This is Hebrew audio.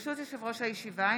ברשות יושב-ראש הישיבה,